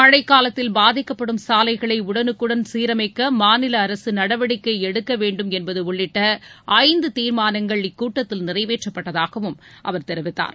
மழை காலத்தில் பாதிக்கப்படும் சாலைகளை உடனுக்குடன் சீரமைக்க மாநில அரசு நடவடிக்கை எடுக்கவேண்டும் என்பது உள்ளிட்ட ஐந்து தீர்மானங்கள் இக்கூட்டத்தில் நிறைவேற்றப்பட்டதாகவும் அவர் தெரிவித்தார்